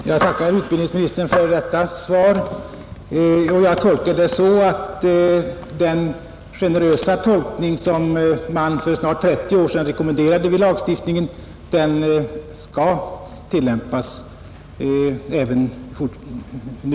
Herr talman! Jag tackar utbildningsministern för detta svar, och jag uppfattar det så att den generösa tolkning som man för snart 30 år sedan rekommenderade vid lagstiftningen skall tillämpas även nu.